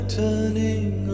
turning